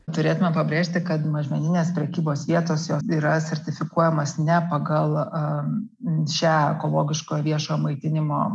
turėtumėme pabrėžti kad mažmeninės prekybos vietos jos yra sertifikuojamos ne pagal a šią ekologiško viešojo maitinimo